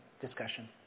discussion